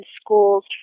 schools